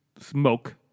smoke